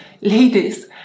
Ladies